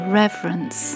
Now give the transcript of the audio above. reverence